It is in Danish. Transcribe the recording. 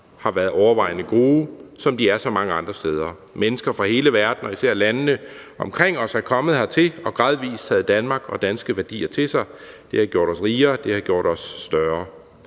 har været overvejende gode, som de er så mange andre steder. Mennesker fra hele verden og især landene omkring os er kommet hertil og har gradvis taget Danmark og danske værdier til sig. Det har gjort os rigere, og det har gjort os større.